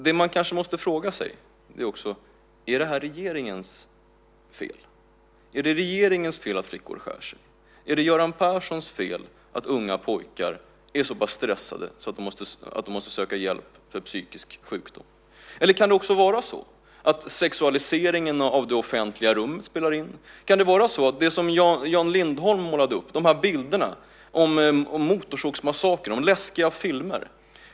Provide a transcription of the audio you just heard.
Det man kanske måste fråga sig är om det här är regeringens fel. Är det regeringens fel att flickor skär sig? Är det Göran Perssons fel att unga pojkar är så pass stressade att de måste söka hjälp för psykisk sjukdom? Eller kan det vara så att sexualiseringen av det offentliga rummet spelar in? Kan det handla om det som Jan Lindholm målade upp, om bilderna, om Motorsågsmassakern , läskiga filmer?